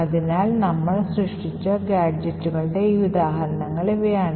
അതിനാൽ നമ്മൾ സൃഷ്ടിച്ച ഗാഡ്ജെറ്റുകളുടെ ചില ഉദാഹരണങ്ങൾ ഇവയാണ്